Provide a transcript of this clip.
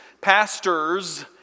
pastors